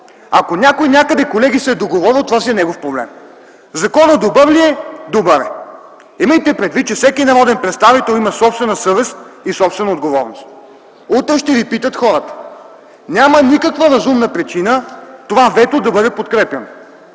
ако някой някъде се е договорил, това си е негов проблем. Законът добър ли е? Добър е. Имайте предвид, че всеки народен представител има собствена съвест и собствена отговорност. Утре ще ви питат хората. Няма никаква разумна причина това вето да бъде подкрепяно.